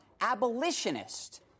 abolitionist